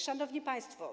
Szanowni Państwo!